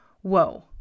whoa